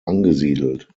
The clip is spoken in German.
angesiedelt